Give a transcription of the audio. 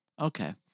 Okay